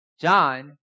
John